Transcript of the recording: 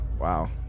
Wow